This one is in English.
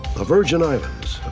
virgin islands,